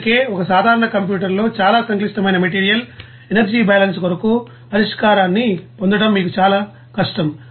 అందుకే ఒక సాధారణ కంప్యూటర్ లో చాలా సంక్లిష్టమైన మెటీరియల్ ఎనర్జీ బ్యాలెన్స్ కొరకు పరిష్కారాన్ని పొందడం మీకు చాలా కష్టం